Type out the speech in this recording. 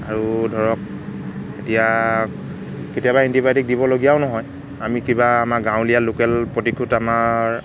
আৰু ধৰক এতিয়া কেতিয়াবা এণ্টিবায়টিক দিবলগীয়াও নহয় আমি কিবা আমাৰ গাঁৱলীয়া লোকেল প্ৰতিকুট আমাৰ